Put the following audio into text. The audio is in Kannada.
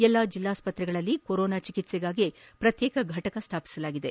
ಎಲ್ಲಾ ಜಿಲ್ಲಾಸ್ವತ್ರೆಗಳಲ್ಲಿ ಕೊರೋನಾ ಚಿಕಿತ್ಸೆಗಾಗಿಯೇ ಪ್ರತ್ಯೇಕ ಫಟಕ ಸ್ಥಾಪಿಸಲಾಗಿದೆ